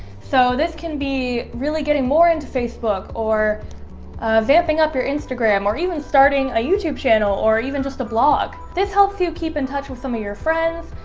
so this can be really getting more into facebook or vamping up your instagram or even starting a youtube channel or even just a blog this helps you keep in touch with some of your friends,